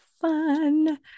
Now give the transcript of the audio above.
fun